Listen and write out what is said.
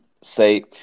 say